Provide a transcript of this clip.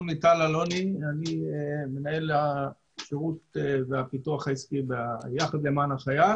אני מנהל השירות והפיתוח העסקי ב"יחד למען החייל"